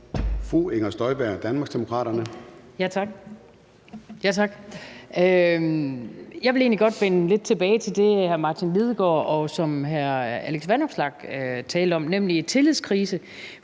Fru Inger Støjberg, Danmarksdemokraterne. Kl. 13:22 Inger Støjberg (DD): Tak. Jeg vil godt vende lidt tilbage til det, som hr. Martin Lidegaard og hr. Alex Vanopslagh talte om, nemlig tillidskrise.